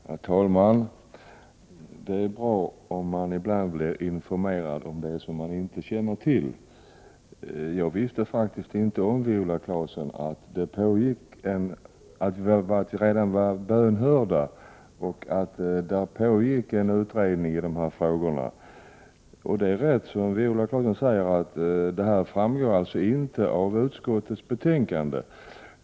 Herr talman! Det är bra ibland att bli informerad om det som man inte känner till. Jag visste faktiskt inte om att vi redan var bönhörda och att en utredning redan pågår, Viola Claesson. Det är rätt, som Viola Claesson säger, att detta inte framgår av utskottets betänkande.